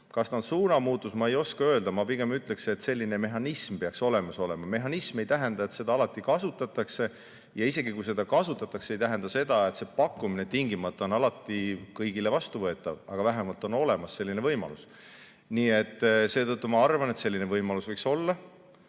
kas ta on suunamuutus, ma ei oska öelda. Ma pigem ütleksin, et selline mehhanism peaks olemas olema. Mehhanism ei tähenda, et seda alati kasutatakse, ja isegi kui seda kasutatakse, ei tähenda see seda, et pakkumine on tingimata alati kõigile vastuvõetav. Aga vähemalt on olemas selline võimalus. Nii et seetõttu ma arvan, et selline võimalus võiks olla.